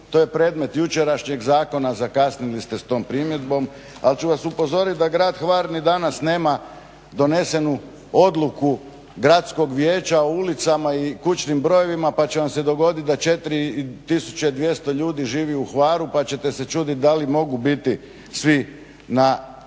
To je predmet jučerašnjeg zakona. Zakasnili ste s tom primjedbom, ali ću vas upozoriti da grad Hvar ni danas nema donesenu odluku Gradskog vijeća o ulicama i kućnim brojevima, pa će vam se dogoditi da 4200 ljudi živi u Hvaru pa ćete se čudit da li mogu biti svi na popisu